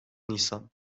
nisan